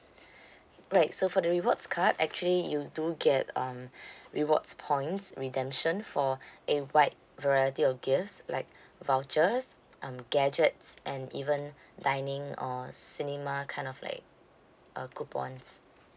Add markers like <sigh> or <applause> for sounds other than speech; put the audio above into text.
<breath> right so for the rewards card actually you do get um rewards points redemption for a wide variety of gifts like vouchers um gadgets and even dining or cinema kind of like uh coupons